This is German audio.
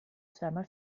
zweimal